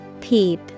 Peep